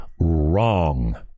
Wrong